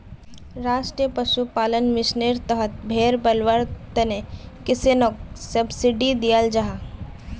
राष्ट्रीय पशुपालन मिशानेर तहत भेड़ पलवार तने किस्सनोक सब्सिडी दियाल जाहा